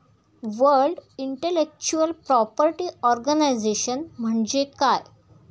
World intellectual property organisation म्हणजे काय?